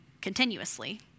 continuously